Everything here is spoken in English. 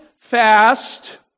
fast